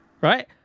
Right